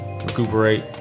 Recuperate